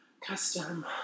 custom